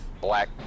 black